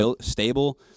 stable